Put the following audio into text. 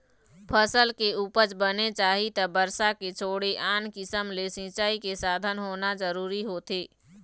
फसल के उपज बने चाही त बरसा के छोड़े आन किसम ले सिंचई के साधन होना जरूरी होथे